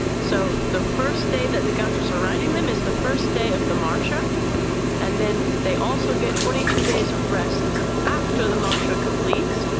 so the first day that the gauchos are riding them is the first day of the marcha and then they also get twenty two days of rest after the marcha completes.